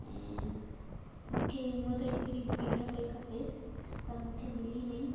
ऐं मूंखे हूंअं त हिकिड़ी भेण पई खपे पर मूंखे मिली नईं